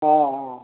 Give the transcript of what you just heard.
অ' অ'